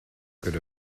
good